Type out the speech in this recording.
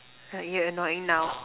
oh you're annoying now